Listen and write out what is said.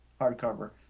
hardcover